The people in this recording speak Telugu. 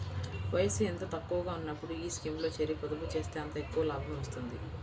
వయసు ఎంత తక్కువగా ఉన్నప్పుడు ఈ స్కీమ్లో చేరి, పొదుపు చేస్తే అంత ఎక్కువ లాభం వస్తుంది